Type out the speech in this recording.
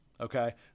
Okay